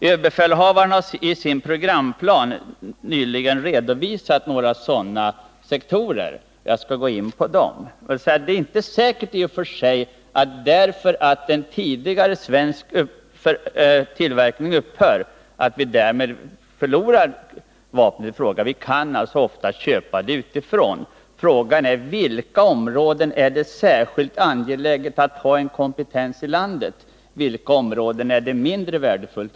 Överbefälhavaren har nyligen i sin programplan redovisat några av de sektorer som skulle komma att drabbas, och jag skall närmare beröra dem. Innan jag gör det vill jag emellertid tillägga att det förhållandet att en inhemsk tillverkning av ett vapen upphör inte nödvändigtvis behöver betyda att vi går miste om vapnet i fråga. Vi kan i de flesta fall köpa det utifrån. Men frågan är för vilka områden det är särskilt angeläget att ha en kompetens inom landet och för vilka områden detta har mindre betydelse.